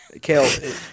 Kale